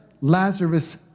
Lazarus